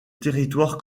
territoire